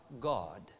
God